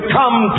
come